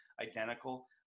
identical